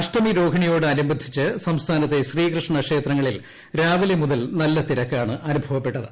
അഷ്ടമിരോഹിണിയോട് അനുബന്ധിച്ച് സംസ്ഥാനത്തെ ശ്രീകൃഷ്ണ ക്ഷേത്രങ്ങളിൽ രാവിലെ മുതൽ നല്ല തിരക്കാണ് അനുഭവപ്പെട്ടത്